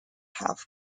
have